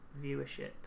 viewership